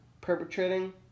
perpetrating